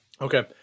Okay